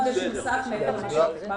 חודש נוסף מעבר למה שנקבע